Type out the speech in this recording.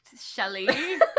Shelley